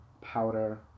powder